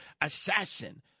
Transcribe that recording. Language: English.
assassin